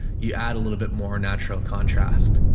you add a little bit more natural contrast